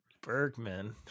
Bergman